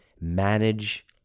manage